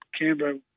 Canberra